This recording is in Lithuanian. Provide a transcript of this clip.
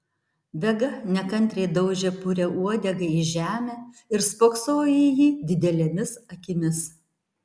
vega nekantriai daužė purią uodegą į žemę ir spoksojo į jį didelėmis akimis